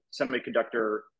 semiconductor